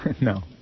No